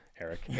Eric